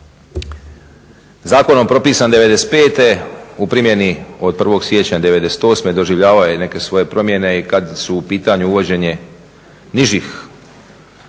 Zakonom propisan '95., u primjeni od 1. siječnja '98. doživljavao je neke svoje promjene i kad je u pitanju uvođenje nižih